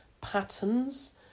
patterns